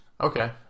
okay